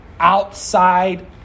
outside